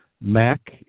Mac